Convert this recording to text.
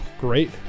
great